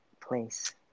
place